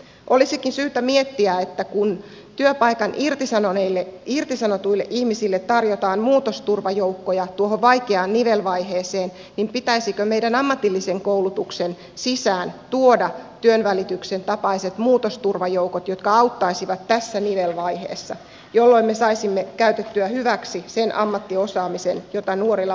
olisikin syytä miettiä että kun työpaikasta irtisanotuille ihmisille tarjotaan muutosturvajoukkoja tuohon vaikeaan nivelvaiheeseen pitäisikö meidän ammatillisen koulutuksen sisään tuoda työnvälityksen tapaiset muutosturvajoukot jotka auttaisivat tässä nivelvaiheessa jolloin me saisimme käytettyä hyväksi sen ammattiosaamisen jota nuorilla valmistuneilla on